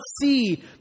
see